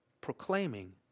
proclaiming